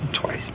Twice